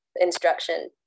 instruction